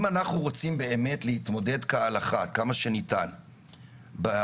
אם אנחנו רוצים באמת להתמודד כהלכה כמה שניתן בצרות,